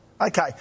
okay